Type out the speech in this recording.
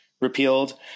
repealed